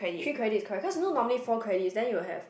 three credit correct cause normally four credit then you have